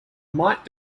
might